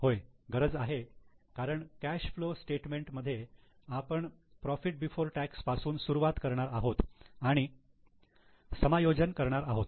होय गरज आहे कारण कॅश फ्लो स्टेटमेंट मध्ये आपण प्रॉफिट बिफोर टॅक्स पासून सुरुवात करणार आहोत आणि समायोजन करणार आहोत